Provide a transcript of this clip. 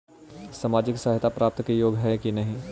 सामाजिक सहायता प्राप्त के योग्य हई कि नहीं?